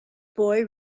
boy